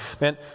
Man